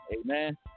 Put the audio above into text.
Amen